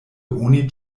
oni